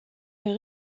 est